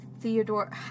Theodore